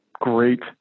great